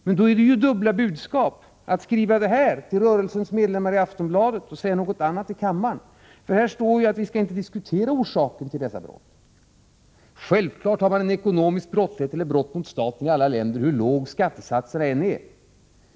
Men då är det ju dubbla budskap att skriva en sak i Aftonbladet till rörelsens medlemmar och sedan säga något annat i kammaren. Det står ju i Aftonbladet att man inte skall diskutera orsaken till dessa brott. Självfallet förekommer det ekonomisk brottslighet och brott mot staten i alla länder, hur låg skattesatsen än är.